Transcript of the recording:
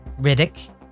Riddick